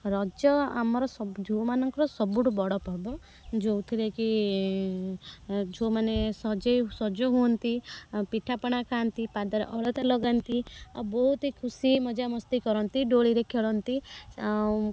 ରଜ ଆମର ସବୁ ଯେଉଁ ମାନଙ୍କର ସବୁଠୁ ବଡ଼ ପର୍ବ ଯେଉଁଥିରେ କି ଝିଅ ମାନେ ସଜାଇ ସଜ ହୁଅନ୍ତି ପିଠା ପଣା ଖାଆନ୍ତି ପାଦରେ ଅଲତା ଲଗାନ୍ତି ଆଉ ବହୁତ ହି ଖୁସି ମଜା ମସ୍ତି କରନ୍ତି ଦୋଳିରେ ଖେଳନ୍ତି